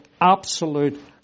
absolute